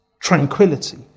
Tranquility